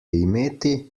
imeti